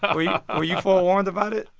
but were yeah were you forewarned about it?